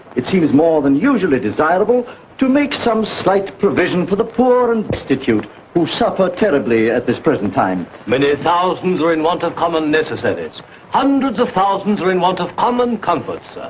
it seems more than usually desirable to make some slight provision for the poor and destitute who suffer terribly at this present time. many thousands are in want of common necessaries hundreds of thousands are in want of common comforts,